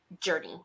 journey